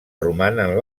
romanen